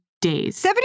days